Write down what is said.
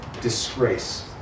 disgrace